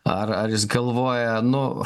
ar ar jis galvoja nu